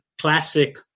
classic